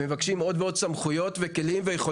מבקשים עוד ועוד כלים, סמכויות וטכנולוגיות.